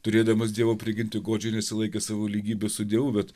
turėdamas dievo prigimtį godžiai nesilaikė savo lygybės su dievu bet